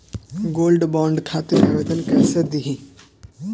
Gold bond खातिर आवेदन कैसे दिही?